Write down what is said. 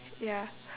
ya